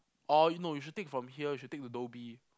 or no you should take from here you should take to Dhoby